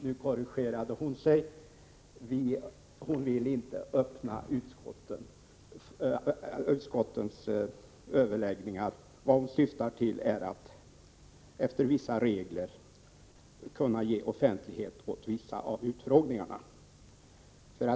Nu korrigerade hon sitt uttalande och sade att hon inte vill ha öppna utskottsöverläggningar. Vad hon syftar till är att man efter vissa regler skall kunna ge offentlighet åt vissa av utfrågningarna.